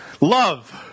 Love